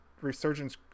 resurgence